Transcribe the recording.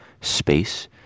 space